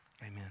Amen